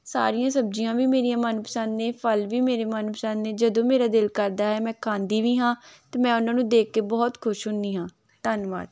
ਸਾਰੀਆਂ ਸਬਜ਼ੀਆਂ ਵੀ ਮੇਰੀਆਂ ਮਨ ਪਸੰਦ ਨੇ ਫਲ ਵੀ ਮੇਰੇ ਮਨ ਪਸੰਦ ਨੇ ਜਦੋਂ ਮੇਰਾ ਦਿਲ ਕਰਦਾ ਹੈ ਮੈਂ ਖਾਂਦੀ ਵੀ ਹਾਂ ਅਤੇ ਮੈਂ ਉਹਨਾਂ ਨੂੰ ਦੇਖ ਕੇ ਬਹੁਤ ਖੁਸ਼ ਹੁੰਦੀ ਹਾਂ ਧੰਨਵਾਦ